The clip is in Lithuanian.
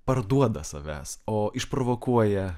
parduoda savęs o išprovokuoja